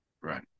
Right